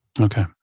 Okay